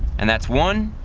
and that's one,